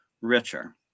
richer